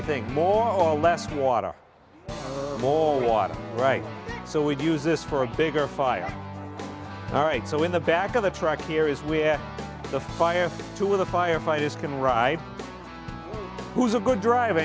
you think more or less water all water right so we'd use this for a bigger fire all right so in the back of the truck here is where the fire two of the firefighters can ride who's a good drive